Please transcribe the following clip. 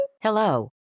Hello